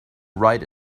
write